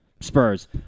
Spurs